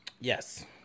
Yes